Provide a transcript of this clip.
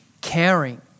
caring